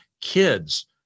kids